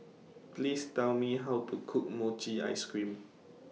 Please Tell Me How to Cook Mochi Ice Cream